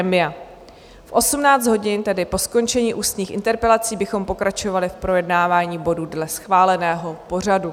V 18 hodin, tedy po skončení ústních interpelací, bychom pokračovali v projednávání bodů dle schváleného pořadu.